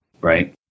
right